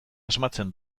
asmatzen